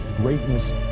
Greatness